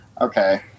Okay